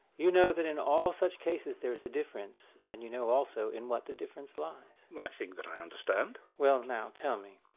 you know that in all such cases there is a difference, and you know also in what the difference lies? i think that i understand. well, now tell me,